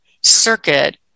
circuit